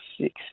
six